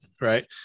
right